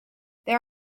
there